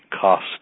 cost